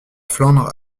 flandre